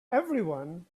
everyone